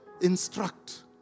instruct